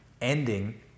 ending